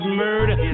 murder